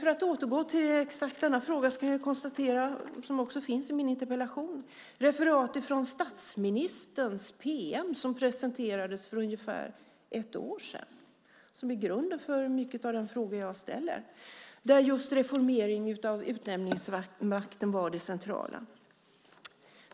För att återgå till exakt denna fråga, som också finns i min interpellation, kan vi konstatera att ett refererat från statsministerns pm presenterades för ungefär ett år sedan - det är grunden för många av de frågor jag ställer - där just reformering av utnämningsmakten var det centrala.